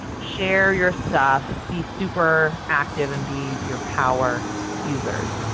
share your stuff, be super active and be your power users.